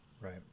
right